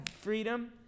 freedom